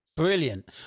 Brilliant